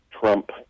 Trump